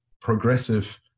progressive